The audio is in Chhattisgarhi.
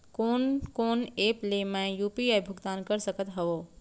कोन कोन एप ले मैं यू.पी.आई भुगतान कर सकत हओं?